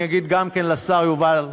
אני אגיד גם לשר יובל שטייניץ,